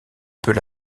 peut